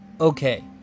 okay